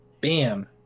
Bam